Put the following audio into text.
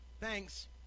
thanks